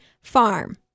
Farm